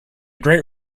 great